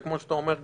וכמו שאתה אומר,